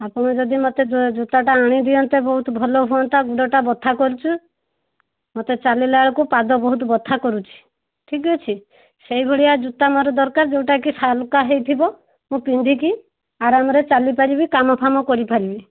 ଆପଣ ଯଦି ମୋତେ ଜୁ ଜୋତାଟା ଆଣି ଦିଅନ୍ତେ ବହୁତ ଭଲ ହୁଅନ୍ତା ଗୋଡ଼ଟା ବଥା କରୁଛୁ ମୋତେ ଚାଲିଲା ବେଳକୁ ପାଦ ବହୁତ ବଥା କରୁଛି ଠିକ୍ ଅଛି ସେହିଭଳିଆ ଜୋତା ମୋର ଦରକାର ଯେଉଁଟା କି ହାଲୁକା ହେଇଥିବ ମୁଁ ପିନ୍ଧିକି ଆରାମରେ ଚାଲି ପାରିବି କାମ ଫାମ କରିପାରିବି